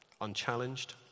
Unchallenged